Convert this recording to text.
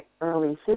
early